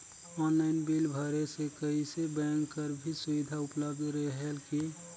Online bill भरे से कइसे बैंक कर भी सुविधा उपलब्ध रेहेल की?